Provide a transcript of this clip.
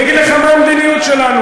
אני אגיד לך מה המדיניות שלנו,